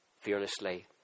fearlessly